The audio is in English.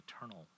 eternal